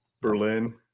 Berlin